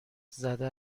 زده